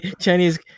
Chinese